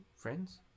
Friends